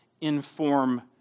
inform